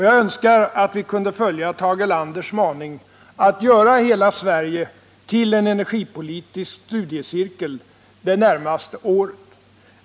Jag önskar att vi kunde följa Tage Erlanders maning att göra hela Sverige till en energipolitisk studiecirkel det närmaste året.